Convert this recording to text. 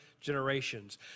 generations